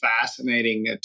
fascinating